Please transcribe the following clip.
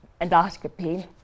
endoscopy